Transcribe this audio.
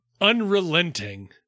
unrelenting